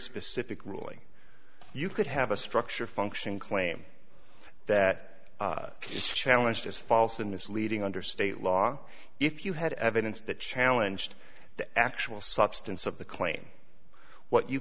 specific ruling you could have a structure function claim that is challenged as false and misleading under state law if you had evidence that challenge to the actual substance